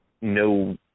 no